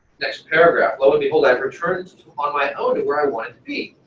next paragraph lo and behold, i have returned on my own to where i wanted to be,